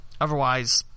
Otherwise